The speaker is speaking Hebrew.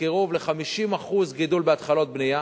בקירוב ל-50% גידול בהתחלות בנייה,